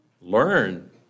learn